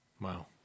Wow